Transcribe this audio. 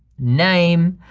name,